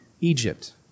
Egypt